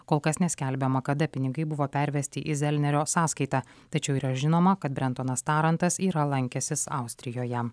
kol kas neskelbiama kada pinigai buvo pervesti į zelnerio sąskaitą tačiau yra žinoma kad brentonas tarantas yra lankęsis austrijoje